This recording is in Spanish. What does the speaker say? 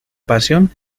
pasión